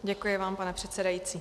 Děkuji vám, pane předsedající.